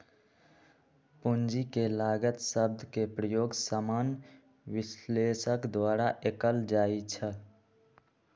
पूंजी के लागत शब्द के प्रयोग सामान्य विश्लेषक द्वारा कएल जाइ छइ